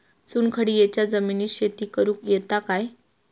चुनखडीयेच्या जमिनीत शेती करुक येता काय?